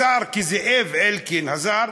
השר כזאב אלקין הזר,